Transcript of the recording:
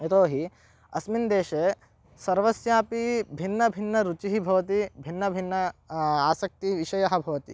यतोहि अस्मिन् देशे सर्वस्यापि भिन्नभिन्न रुचिः भवति भिन्नभिन्न आसक्तिविषयः भवति